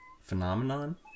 phenomenon